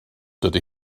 dydy